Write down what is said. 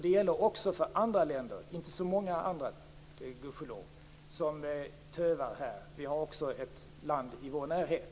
Det är också andra länder - men inte så många, gudskelov, som tövar här. Det gäller bl.a. ett land i vår närhet.